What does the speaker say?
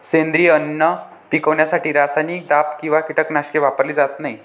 सेंद्रिय अन्न पिकवण्यासाठी रासायनिक दाब किंवा कीटकनाशके वापरली जात नाहीत